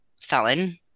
felon